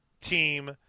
team